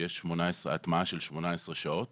שיש הטמעה של 18 שעות